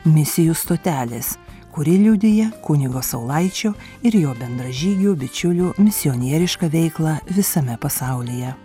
misijų stotelės kuri liudija kunigo saulaičio ir jo bendražygių bičiulių misionierišką veiklą visame pasaulyje